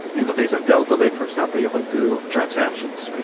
in the case of delta lake, for example, you can do transactions.